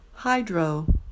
Hydro